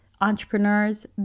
entrepreneurs